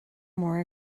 mór